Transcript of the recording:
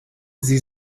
sie